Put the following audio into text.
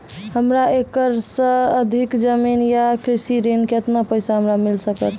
हमरा एक एकरऽ सऽ अधिक जमीन या कृषि ऋण केतना पैसा हमरा मिल सकत?